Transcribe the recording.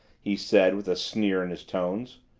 he said with a sneer in his tones.